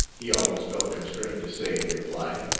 he almost felt constrained to say in reply,